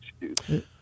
excuse